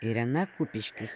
irena kupiškis